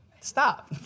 Stop